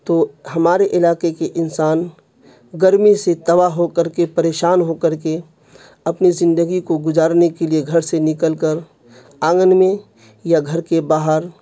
تو ہمارے علاقے کے انسان گرمی سے توا ہو کر کے پریشان ہو کر کے اپنی زندگی کو گزارنے کے لیے گھر سے نکل کر آنگن میں یا گھر کے باہر